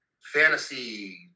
fantasy